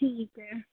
ठीक है